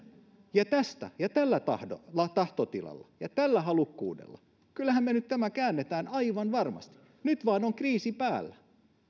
ja suomalaisiin kyllähän me tällä tahtotilalla tahtotilalla ja tällä halukkuudella nyt tämän käännämme aivan varmasti nyt vaan on kriisi päällä